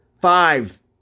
Five